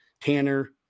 Tanner